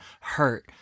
hurt